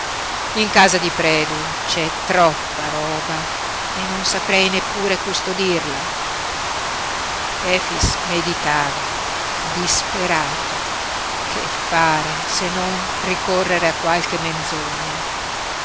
in casa di predu c'è troppa roba e non saprei neppure custodirla efix meditava disperato che fare se non ricorrere a qualche menzogna